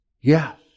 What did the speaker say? Yes